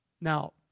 Now